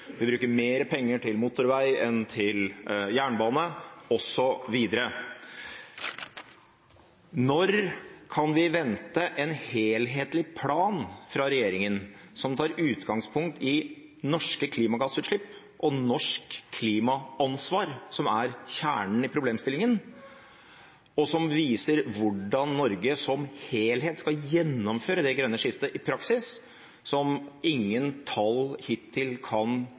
Vi bruker mer penger til motorvei enn til jernbane, osv. Når kan vi vente en helhetlig plan fra regjeringen som tar utgangspunkt i norske klimagassutslipp og norsk klimaansvar, som er kjernen i problemstillingen, og som viser hvordan Norge som helhet skal gjennomføre det grønne skiftet i praksis, som ingen tall hittil kan